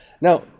Now